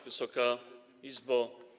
Wysoka Izbo!